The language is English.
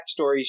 backstories